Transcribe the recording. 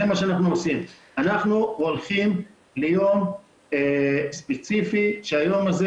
אנחנו הולכים ליום ספציפי וביום הזה